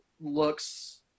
looks